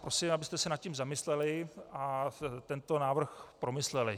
Prosím vás, abyste se nad tím zamysleli a tento návrh promysleli.